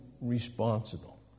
responsible